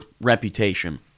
reputation